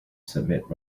submit